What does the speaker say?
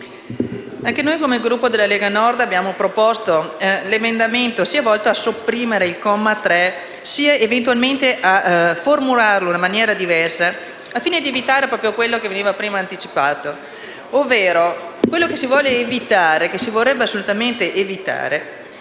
Presidente, come Gruppo della Lega Nord abbiamo proposto emendamenti volti sia a sopprimere il comma 3, sia eventualmente a formularlo in una maniera diversa al fine di evitare proprio ciò che veniva anticipato. Quello che si vorrebbe assolutamente evitare